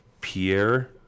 Pierre